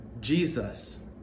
Jesus